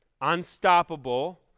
Unstoppable